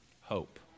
hope